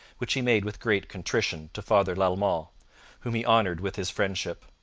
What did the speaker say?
which he made with great contrition to father lalemant, whom he honoured with his friendship.